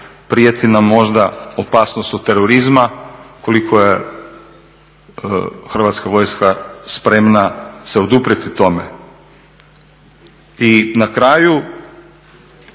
prijeti nam možda opasnost od terorizma, koliko je Hrvatska vojska spremna se oduprijeti tome. I na kraju